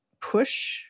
push